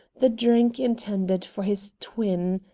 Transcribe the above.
the drink intended for his twin.